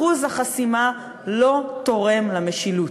אחוז החסימה לא תורם למשילות.